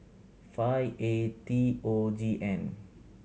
five A T O G N